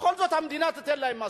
בכל זאת המדינה תיתן להם משכורת.